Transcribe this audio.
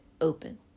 open